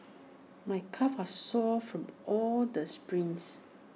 my calves are sore from all the sprints